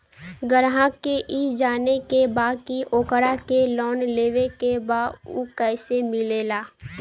ग्राहक के ई जाने के बा की ओकरा के लोन लेवे के बा ऊ कैसे मिलेला?